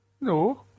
No